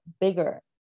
bigger